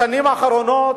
בשנים האחרונות,